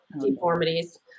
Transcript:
deformities